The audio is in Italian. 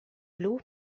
blu